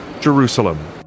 Jerusalem